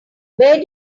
where